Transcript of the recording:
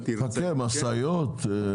משאיות.